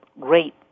great